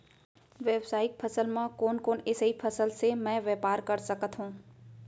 व्यापारिक फसल म कोन कोन एसई फसल से मैं व्यापार कर सकत हो?